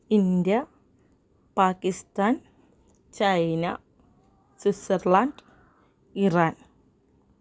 India Pakistan China Switzerland Iran